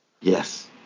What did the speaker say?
Yes